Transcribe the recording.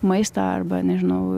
maistą arba nežinau